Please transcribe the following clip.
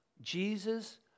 Jesus